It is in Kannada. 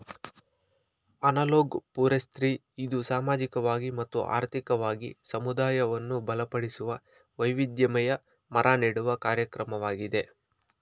ಅನಲೋಗ್ ಫೋರೆಸ್ತ್ರಿ ಇದು ಸಾಮಾಜಿಕವಾಗಿ ಮತ್ತು ಆರ್ಥಿಕವಾಗಿ ಸಮುದಾಯವನ್ನು ಬಲಪಡಿಸುವ, ವೈವಿಧ್ಯಮಯ ಮರ ನೆಡುವ ಕಾರ್ಯಕ್ರಮವಾಗಿದೆ